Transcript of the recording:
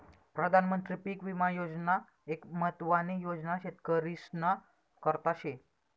प्रधानमंत्री पीक विमा योजना एक महत्वानी योजना शेतकरीस्ना करता शे